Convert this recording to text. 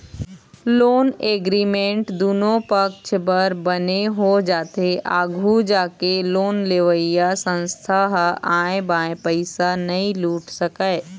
loan agreement दुनो पक्छ बर बने हो जाथे आघू जाके लोन देवइया संस्था ह आंय बांय पइसा नइ लूट सकय